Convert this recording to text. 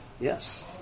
Yes